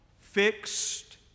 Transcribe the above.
fixed